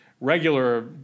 regular